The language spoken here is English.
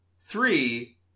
three